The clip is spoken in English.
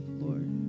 Lord